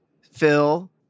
Phil